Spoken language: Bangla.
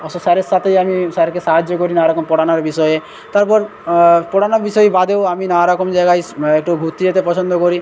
অশোক স্যারের সাথেই আমি স্যারকে সাহায্য করি নানা রকম পড়ানোর বিষয়ে তারপর পড়ানোর বিষয় বাদেও আমি নানা রকম জায়গায় একটু ঘুরতে যেতে পছন্দ করি